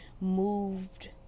moved